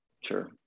Sure